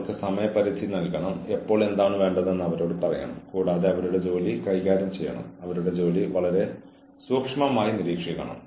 ഒരുപക്ഷേ സസ്പെൻഷനും ഡിസ്ചാർജും വേണ്ടി വന്നേക്കാം അല്ലെങ്കിൽ ഒരു കൌൺസിലിംഗ് സെഷൻ നടത്തുക